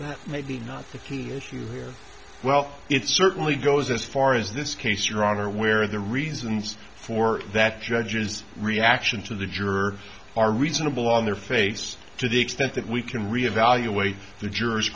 gold maybe not the key issue here well it certainly goes as far as this case your honor where the reasons for that judge's reaction to the juror are reasonable on their face to the extent that we can re evaluate the jurors